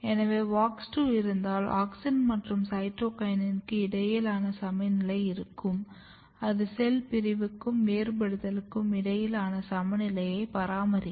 எனவே WOX 2 இருந்தால் auxin மற்றும் சைட்டோகினினுக்கு இடையில் சமநிலை இருக்கும் அது செல் பிரிவுக்கும் வேறுபடுத்தலுக்கும் இடையிலான சமநிலையை பராமரிக்கும்